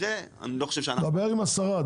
דבר עם השרה.